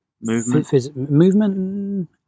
movement